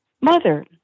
Mother